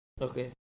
Okay